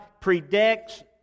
predicts